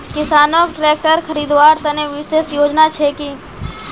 किसानोक ट्रेक्टर खरीदवार तने विशेष योजना छे कि?